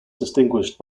distinguished